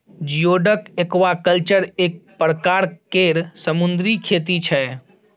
geoduck aquaculture एक परकार केर समुन्दरी खेती छै